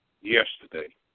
yesterday